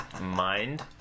Mind